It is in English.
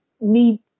need